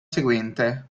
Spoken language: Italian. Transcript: seguente